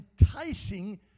enticing